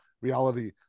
reality